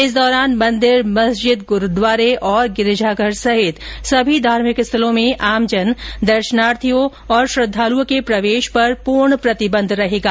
इस दौरान मंदिर मस्जिद गुरूद्वारे गिरिजाघर सहित सभी धार्मिक स्थलों में आमजन दर्शनार्थियों श्रृद्धालुओं के प्रवेश पर पूर्ण प्रतिबंध रहेगा